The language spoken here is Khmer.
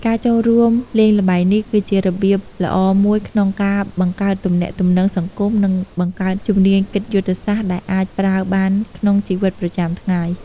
ការចូលរួមលេងល្បែងនេះគឺជារបៀបល្អមួយក្នុងការបង្កើតទំនាក់ទំនងសង្គម និងបង្កើតជំនាញគិតយុទ្ធសាស្ត្រដែលអាចប្រើបានក្នុងជីវិតប្រចាំថ្ងៃ។